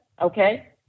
okay